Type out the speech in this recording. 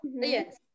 yes